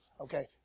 Okay